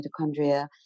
mitochondria